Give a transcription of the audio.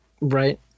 right